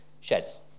sheds